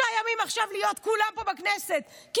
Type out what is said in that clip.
שלושה ימים עכשיו להיות פה כולם בכנסת כי